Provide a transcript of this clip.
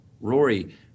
Rory